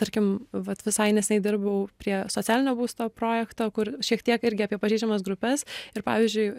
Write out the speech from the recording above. tarkim vat visai neseniai dirbau prie socialinio būsto projekto kur šiek tiek irgi apie pažeidžiamas grupes ir pavyzdžiui